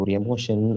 emotion